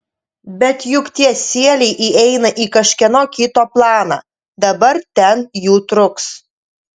bet juk tie sieliai įeina į kažkieno kito planą dabar ten jų truks